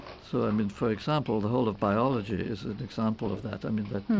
so i mean, for example, the whole of biology is an example of that. i mean, that,